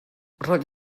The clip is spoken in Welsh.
roedd